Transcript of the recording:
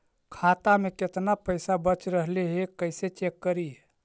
खाता में केतना पैसा बच रहले हे कैसे चेक करी?